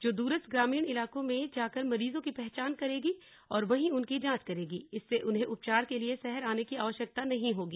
जो दूरस्थ ग्रामीण इलाकों में जाकर मरीजों की पहचान करेगी और वहीं उनकी जांच करेगी इससे उन्हें उपचार के लिए शहर आने की आवश्यकता नहीं होगी